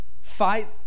fight